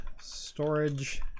storage